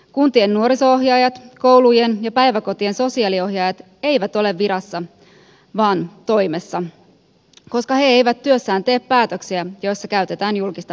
kuntien nuoriso ohjaajat koulujen ja päiväkotien sosiaaliohjaajat eivät ole virassa vaan toimessa koska he eivät työssään tee päätöksiä joissa käytetään julkista valtaa